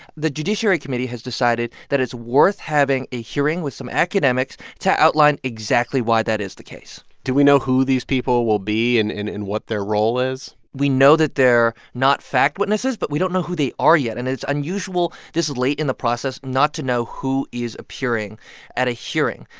the judiciary committee has decided that it's worth having a hearing with some academics to outline exactly why that is the case do we know who these people will be and and what their role is? we know that they're not fact witnesses, but we don't know who they are yet. and it's unusual this late in the process not to know who is appearing at a hearing.